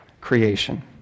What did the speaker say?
creation